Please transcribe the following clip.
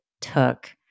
took